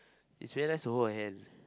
it's very nice to hold her hand